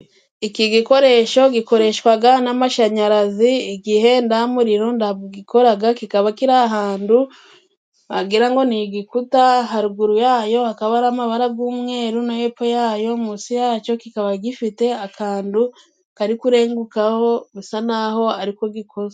Iki gikoresho gikoreshwaga n'amashanyarazi, igihe nda muriro ndabwo gikoraga, kikaba kiri ahantu wagira ngo ni igikuta, haruguru yayo hakaba hari amabara g'umweru no hepfo yayo, munsi yacyo kikaba gifite akantu kari kurengukaho, bisa naho ariko gikoze.